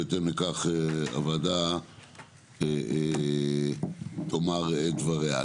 בהתאם לכך הוועדה תאמר את דבריה.